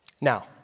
Now